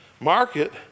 market